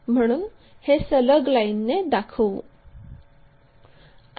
म्हणून हे सलग लाईनने दाखवू